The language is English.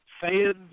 fans